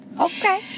Okay